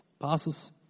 Apostles